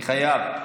אני חייב.